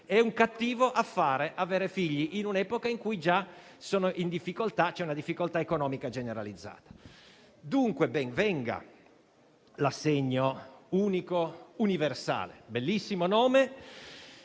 È un cattivo affare avere figli, in un'epoca in cui già c'è una difficoltà economica generalizzata. Dunque ben venga l'assegno unico universale. Bellissimi il nome